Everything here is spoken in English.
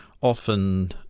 often